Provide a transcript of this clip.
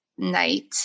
Night